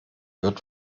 wird